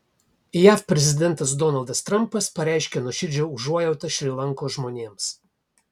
jav prezidentas donaldas trampas pareiškė nuoširdžią užuojautą šri lankos žmonėms